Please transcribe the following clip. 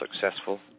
successful